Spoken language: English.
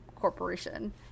corporation